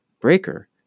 Breaker